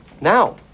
now